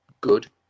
good